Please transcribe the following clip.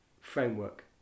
framework